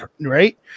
right